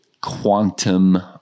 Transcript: quantum